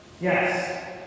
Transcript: Yes